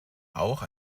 auch